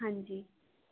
ਹਾਂਜੀ